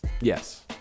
Yes